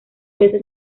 veces